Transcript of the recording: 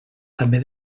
també